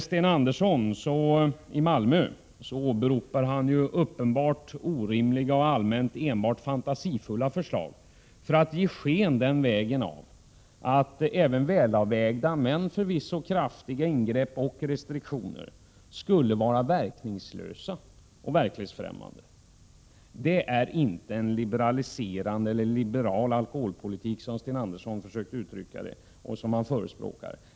Sten Andersson i Malmö åberopar uppenbart orimliga och allmänt fantasifulla förslag för att den vägen ge sken av att även välavvägda, men förvisso kraftiga, ingrepp och restriktioner skulle vara verkningslösa och verklighetsfrämmande. Det är inte en liberal alkoholpolitik, som Sten Andersson försökte uttrycka det och som han förespråkar.